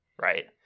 Right